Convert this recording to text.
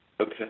Okay